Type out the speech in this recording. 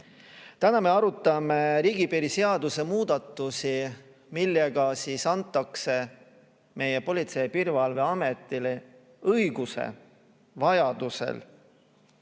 Täna me arutame riigipiiri seaduse muudatusi, millega antakse meie Politsei- ja Piirivalveametile õigus vajadusel